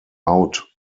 out